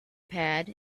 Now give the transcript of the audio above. pad